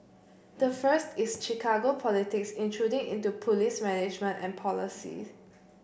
the first is Chicago politics intruding into police management and policies